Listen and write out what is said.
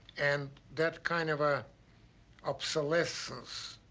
and that kind of a obsolescence.